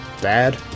dad